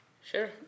Sure